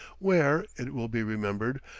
where, it will be remembered,